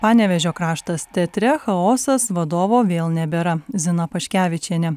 panevėžio kraštas teatre chaosas vadovo vėl nebėra zina paškevičienė